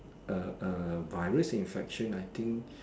uh uh virus infection I think